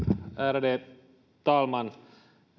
ärade talman